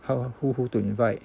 how ah who who to invite